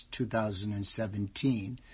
2017